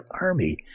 army